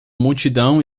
multidão